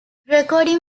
recording